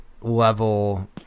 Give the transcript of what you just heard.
level